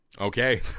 Okay